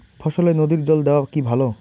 ফসলে নদীর জল দেওয়া কি ভাল?